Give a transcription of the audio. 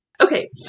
okay